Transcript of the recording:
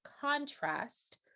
contrast